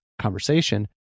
conversation